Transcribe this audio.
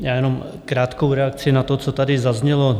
Já jenom krátkou reakci na to, co tady zaznělo.